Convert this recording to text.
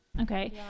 Okay